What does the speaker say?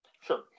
Sure